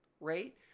right